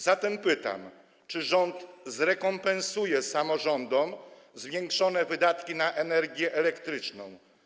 Zatem pytam: Czy rząd zrekompensuje samorządom zwiększone wydatki na energię elektryczną?